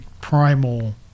primal